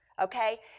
Okay